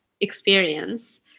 experience